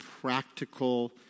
practical